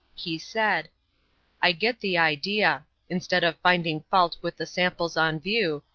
he said i get the idea. instead of finding fault with the samples on view,